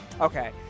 okay